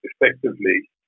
effectively